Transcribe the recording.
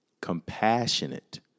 compassionate